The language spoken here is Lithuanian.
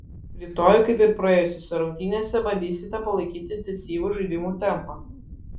rytoj kaip ir praėjusiose rungtynėse bandysite palaikyti intensyvų žaidimo tempą